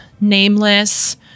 nameless